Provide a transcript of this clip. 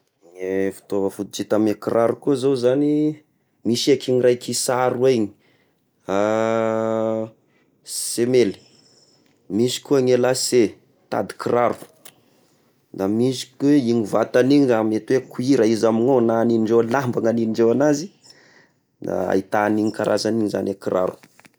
Ny fitaova fototry hita amy kiraro koa zao zagny ,misy eky igny raha kisaro iregny semely, misy koa ny lacet tady kiraro, da misy koa igny vatagniny amy atao hoe cuir izy amin'io na ny ndreo lamba na ny ndreo agnazy ahitan'iny karazagn'iny zagny kiraro.